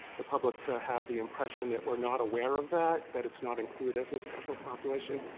the public to have the impression that we're not aware of that, that it's not included as a special population,